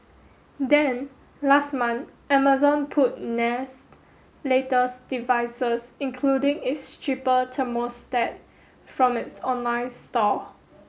then last month Amazon pulled Nest's latest devices including its cheaper thermostat from its online store